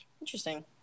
interesting